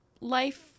life